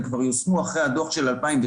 הן יושמו כבר אחרי הדוח של 2006,